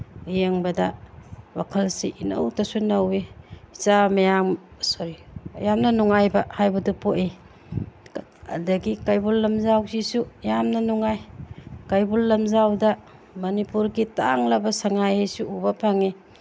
ꯌꯦꯡꯕꯗ ꯋꯥꯈꯜꯁꯤ ꯏꯅꯧꯇꯁꯨ ꯅꯧꯋꯤ ꯏꯆꯥ ꯃꯌꯥꯝ ꯁꯣꯔꯤ ꯌꯥꯝꯅ ꯅꯨꯡꯉꯥꯏꯕ ꯍꯥꯏꯕꯁꯨ ꯄꯣꯛꯏ ꯑꯗꯒꯤ ꯀꯩꯕꯨꯜ ꯂꯝꯖꯥꯎꯁꯤꯁꯨ ꯌꯥꯝꯅ ꯅꯨꯡꯉꯥꯏ ꯀꯩꯕꯨꯜ ꯂꯝꯖꯥꯎꯗ ꯃꯅꯤꯄꯨꯔꯒꯤ ꯇꯥꯡꯂꯕ ꯁꯉꯥꯏ ꯑꯁꯤ ꯎꯕ ꯐꯪꯉꯤ